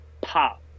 pop